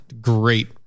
Great